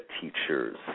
teachers